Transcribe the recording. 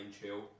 chill